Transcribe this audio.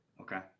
Okay